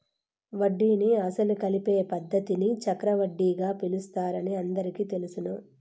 వడ్డీని అసలు కలిపే పద్ధతిని చక్రవడ్డీగా పిలుస్తారని అందరికీ తెలుసును